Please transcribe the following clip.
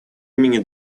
имени